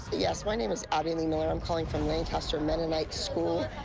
yes, my name is abby lee miller. i'm calling from lancaster mennonite school,